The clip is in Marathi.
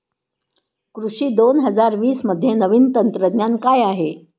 कृषी दोन हजार वीसमध्ये नवीन तंत्रज्ञान काय आहे?